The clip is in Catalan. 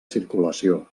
circulació